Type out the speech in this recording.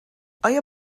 آیا